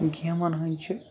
گیمَن ہٕنٛدۍ چھِ